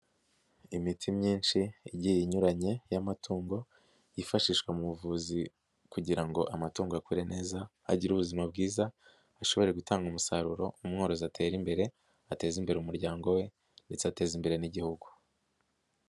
lmiti myinshi igiye inyuranye y'amatungo ,yifashishwa mu buvuzi kugira ngo amatungo akure neza ,agire ubuzima bwiza ashobore gutanga umusaruro, umworozi atera imbere, ateze imbere umuryango we, ndetse ateza imbere n'igihugu.